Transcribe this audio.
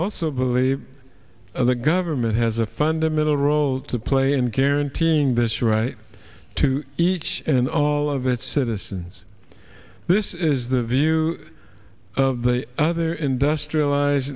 also believe that government has a fundamental role to play in guaranteeing this right to each and all of its citizens this is the view of the other industrialized